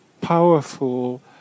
powerful